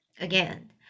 again